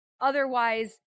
otherwise